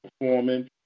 performing